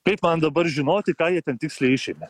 kaip man dabar žinoti ką jie ten tiksliai išėmė